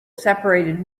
separated